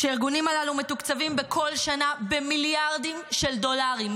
שהארגונים הללו מתוקצבים בכל שנה במיליארדים של דולרים,